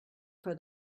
for